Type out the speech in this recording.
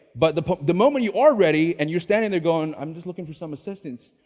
but the the moment you are ready and you're standing there going, i'm just looking for some assistance.